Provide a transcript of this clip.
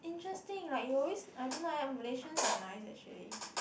interesting like you always I don't know leh Malaysians are nice actually